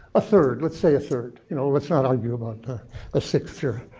a third. let's say a third. you know, let's not argue about a sixth here.